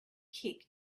kick